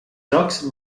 llocs